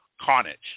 Carnage